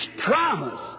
promise